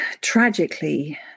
tragically